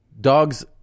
dogs